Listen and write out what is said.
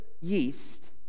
yeast